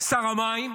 שר המים,